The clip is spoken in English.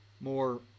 more